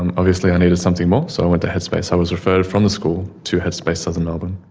and obviously i needed something more so i went to headspace i was referred from the school to headspace, southern melbourne.